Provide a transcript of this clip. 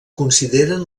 consideren